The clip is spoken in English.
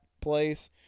place